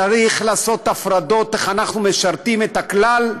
צריך לעשות הפרדות, איך אנחנו משרתים את הכלל,